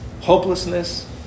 hopelessness